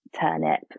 turnip